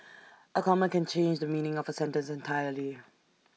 A comma can change the meaning of A sentence entirely